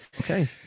Okay